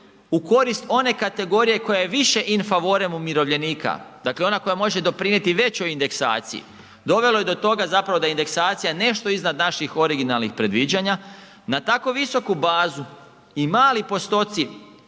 u korist one kategorije koja je više in favorem umirovljenika, dakle ona koja može doprinijeti veću indeksaciju. Dovelo je do toga je indeksacija nešto iznad naših originalnih predviđanja. Na tako visoku bazu i mali postoci